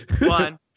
One